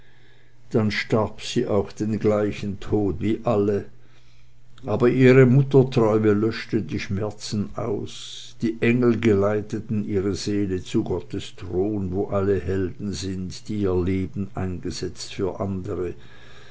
dann starb sie auch den gleichen tod wie alle aber ihre muttertreue löschte die schmerzen aus und die engel geleiteten ihre seele zu gottes thron wo alle helden sind die ihr leben eingesetzt für andere